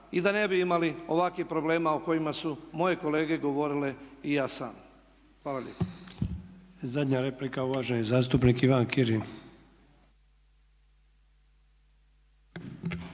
i da ne bi imali ovakvih problema o kojima su moje kolege govorile i ja sam. Hvala lijepa.